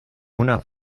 una